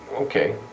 okay